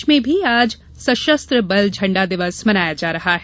प्रदेश में भी आज सशस्त्र बल झंडा दिवस मनाया जा रहा है